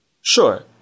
Sure